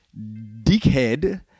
dickhead